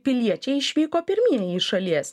piliečiai išvyko pirmieji iš šalies